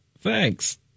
Thanks